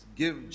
give